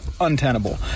untenable